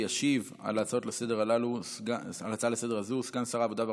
ישיב על ההצעה לסדר-היום הזו סגן שר העבודה,